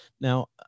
Now